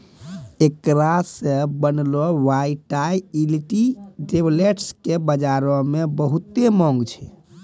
एकरा से बनलो वायटाइलिटी टैबलेट्स के बजारो मे बहुते माँग छै